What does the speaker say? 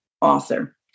author